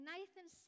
Nathan